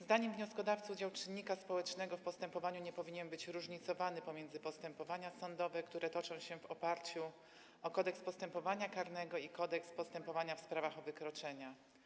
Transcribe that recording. Zdaniem wnioskodawców udział czynnika społecznego w postępowaniu nie powinien być różnicowany pomiędzy postępowania sądowe, które toczą się w oparciu o Kodeks postępowania karnego i Kodeks postępowania w sprawach o wykroczenia.